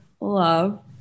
love